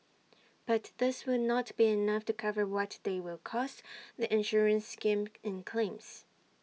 but this will not be enough to cover what they will cost the insurance scheme in claims